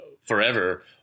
forever